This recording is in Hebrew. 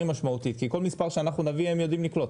משמעותית כי כל מספר שאנחנו נביא הם יודעים לקלוט,